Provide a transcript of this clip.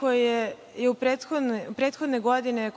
koje je prethodne godine